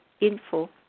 info